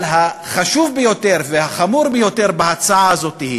אבל החשוב ביותר והחמור ביותר בהצעה הזו הוא